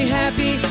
happy